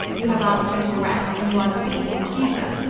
you have asked for his arrest, and you are to be his accuser.